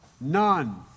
none